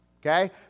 okay